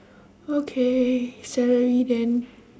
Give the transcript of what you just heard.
okay celery then